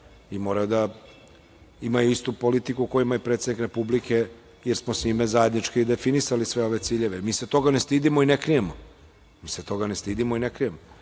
i moraju da imaju istu politiku u kojima je predsednik Republike, jer smo s njime zajednički i definisali sve ove ciljeve. Mi se toga ne stidimo i ne krijemo. Mi se toga ne stidimo i ne krijemo. Ako